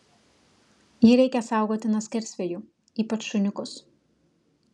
jį reikia saugoti nuo skersvėjų ypač šuniukus